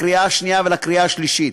לקריאה שנייה ולקריאה שלישית.